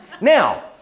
Now